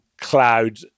cloud